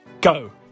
Go